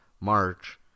March